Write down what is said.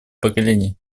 поколений